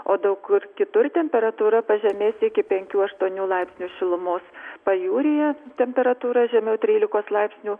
o daug kur kitur temperatūra pažemės iki penkių aštuonių laipsnių šilumos pajūryje temperatūra žemiau trylikos laipsnių